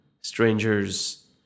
strangers